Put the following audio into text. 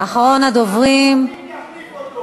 אם הוא לא נבחר אז הוותיק יחליף אותו.